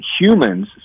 humans